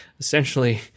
essentially